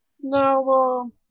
Now